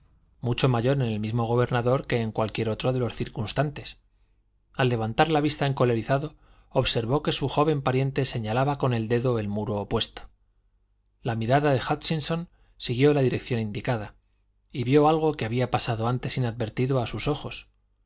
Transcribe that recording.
mucho mayor en el mismo gobernador que en cualquier otro de los circunstantes al levantar la vista encolerizado observó que su joven pariente señalaba con el dedo el muro opuesto la mirada de hútchinson siguió la dirección indicada y vio algo que había pasado antes inadvertido a sus ojos una